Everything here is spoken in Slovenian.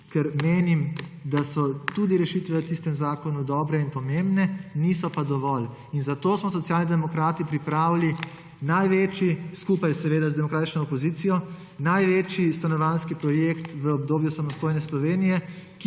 ker menim, da so tudi rešitve v tistem zakonu dobre in pomembne, niso pa dovolj. Zato smo Socialni demokrati pripravili, skupaj seveda z demokratično opozicijo, največji stanovanjski projekt v obdobju samostojne Slovenije,